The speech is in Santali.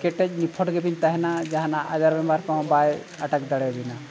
ᱠᱮᱴᱮᱡ ᱱᱤᱯᱷᱩᱴ ᱜᱮᱵᱤᱱ ᱛᱟᱦᱮᱱᱟ ᱡᱟᱦᱟᱱᱟᱜ ᱟᱡᱟᱨ ᱵᱮᱢᱟᱨ ᱠᱚᱦᱚᱸ ᱵᱟᱭ ᱮᱴᱟᱠ ᱫᱟᱲᱮᱭᱟᱵᱤᱱᱟ